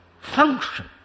function